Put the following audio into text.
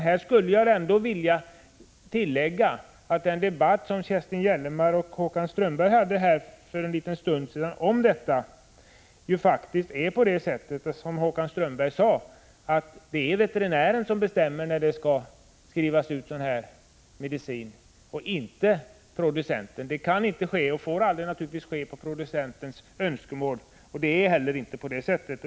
Här skulle jag vilja tillägga med hänvisning till den debatt som Kerstin Gellerman och Håkan Strömberg hade för en stund sedan, att det faktiskt är så som Håkan Strömberg sade att det är veterinären — inte producenten —- som bestämmer när det skall skrivas ut mediciner. Det kan inte och får naturligtvis inte ske efter producentens önskemål. Det är heller inte på det sättet.